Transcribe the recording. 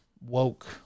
woke